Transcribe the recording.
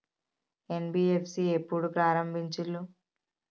NBFC ఎప్పుడు ప్రారంభించిల్లు?